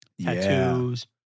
tattoos